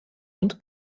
und